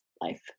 life